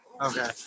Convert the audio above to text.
Okay